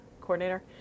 coordinator